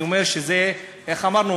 אני אומר שזה, איך אמרנו?